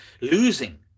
losing